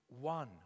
one